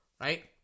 Right